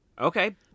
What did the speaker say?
Okay